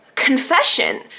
confession